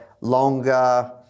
longer